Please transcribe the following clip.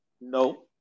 no